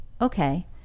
okay